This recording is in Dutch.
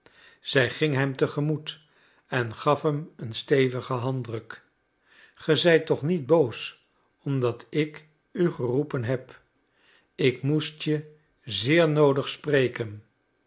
zij ging hem te gemoet en gaf hem een stevigen handdruk ge zijt toch niet boos omdat ik u geroepen heb ik moest je zeer noodig spreken